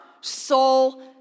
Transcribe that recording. soul